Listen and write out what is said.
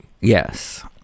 Yes